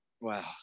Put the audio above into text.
wow